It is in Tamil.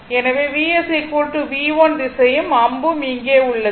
எனவே Vs V1 திசையும் அம்பும் இங்கே உள்ளது